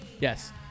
Yes